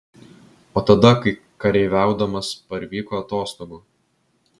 o tada kai kareiviaudamas parvyko atostogų